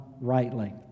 rightly